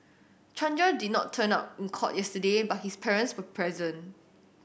Chandra did not turn up in court yesterday but his parents were present